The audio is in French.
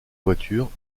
voitures